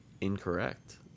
Incorrect